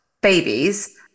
babies